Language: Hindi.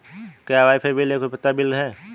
क्या वाईफाई बिल एक उपयोगिता बिल है?